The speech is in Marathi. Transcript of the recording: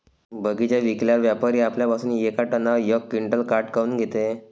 बगीचा विकल्यावर व्यापारी आपल्या पासुन येका टनावर यक क्विंटल काट काऊन घेते?